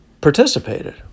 participated